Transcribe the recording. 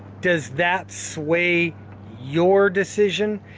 does that sway your decision?